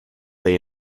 they